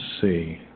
see